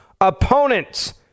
opponents